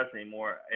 anymore